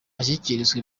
ashyikirizwa